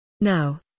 Now